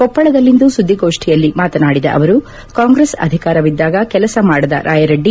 ಕೊಪ್ಪಳದಲ್ಲಿಂದು ಸುದ್ದಿಗೋಷ್ನಿಯಲ್ಲಿ ಮಾತನಾಡಿದ ಅವರು ಕಾಂಗ್ರೆಸ್ ಅಧಿಕಾರವಿದ್ದಾಗ ಕೆಲಸ ಮಾಡದ ರಾಯರೆಡ್ಡಿ